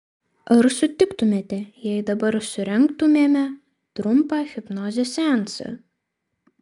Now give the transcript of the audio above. ar sutiktumėte jei dabar surengtumėme trumpą hipnozės seansą